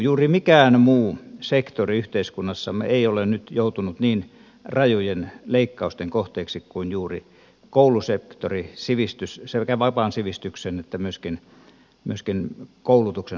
juuri mikään muu sektori yhteiskunnassamme ei ole nyt joutunut niin rajujen leikkausten kohteeksi kuin juuri koulusektori sekä vapaan sivistyksen että myöskin koulutuksen osalta